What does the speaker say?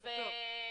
יואב,